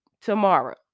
tomorrow